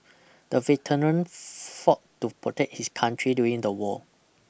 the veteran fought to protect his country during the war